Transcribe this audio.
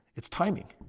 it's timing.